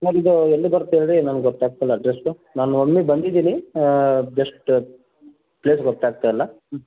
sir ಇದೂ ಎಲ್ಲಿ ಬರುತ್ತೆ ಹೇಳಿ ನನಗೆ ಗೊತ್ತಾಗ್ತಿಲ್ಲ ಅಡ್ರೆಸ್ ನಾನು ಒಮ್ಮೆ ಬಂದಿದ್ದಿನಿ ಜಸ್ಟ್ ಪ್ಲೇಸ್ ಗೊತ್ತಾಗ್ತ ಇಲ್ಲ ಹ್ಞೂ